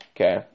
okay